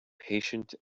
patient